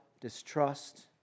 distrust